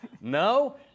No